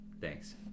Thanks